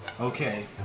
Okay